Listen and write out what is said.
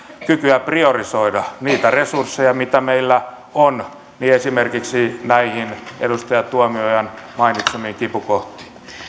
kykyä priorisoida niitä resursseja mitä meillä on esimerkiksi näihin edustaja tuomiojan mainitsemiin kipukohtiin